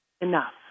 enough